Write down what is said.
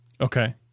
Okay